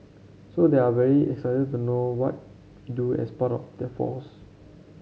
so they're very excited to know what we do as part of the force